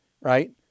Right